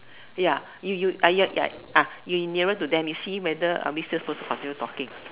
ya you you uh ya ya ah you nearer to them you see weather are we supposed to continue talking